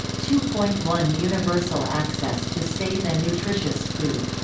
two point one universal access to safe and nutritious food.